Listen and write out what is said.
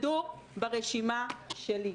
-- שהתמודדו ברשימה שלי.